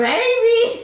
baby